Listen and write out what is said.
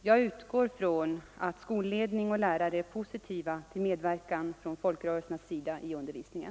Jag utgår från att skolledning och lärare är positiva till medverkan från folkrörelsernas sida i undervisningen.